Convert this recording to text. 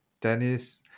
Dennis